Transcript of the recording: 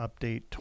update